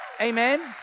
Amen